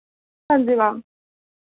हांजी मैम